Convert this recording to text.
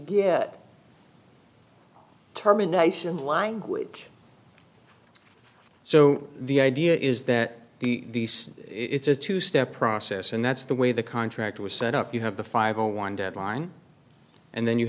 get terminations language so the idea is that the it's a two step process and that's the way the contract was set up you have the five zero one deadline and then you